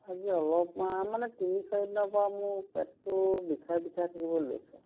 আজি অলপমান মানে তিনি চাৰিদিনৰ পৰা মোৰ পেটটো বিষাই বিষাই থাকিব লৈছে